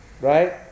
right